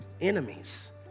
enemies